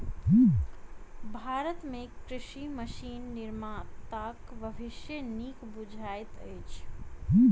भारत मे कृषि मशीन निर्माताक भविष्य नीक बुझाइत अछि